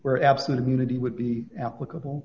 where absolute immunity would be applicable